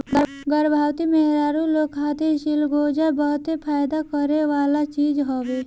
गर्भवती मेहरारू लोग खातिर चिलगोजा बहते फायदा करेवाला चीज हवे